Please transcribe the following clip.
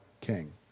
king